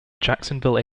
jacksonville